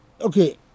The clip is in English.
Okay